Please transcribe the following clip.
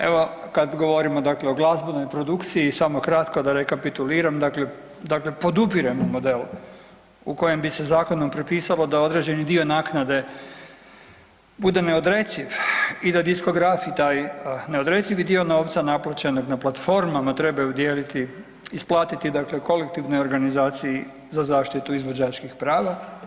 Evo kad govorimo dakle o glazbenoj produkciji, samo kratko da rekapituliram, dakle podupiremo model u kojem bi se zakonom propisalo da određeni dio naknade bude neodreciv i da diskografi taj neodrecivi dio novca naplaćen na platformama trebaju dijeliti, isplatiti dakle kolektivnoj organizaciji za zaštitu izvođačkih prava.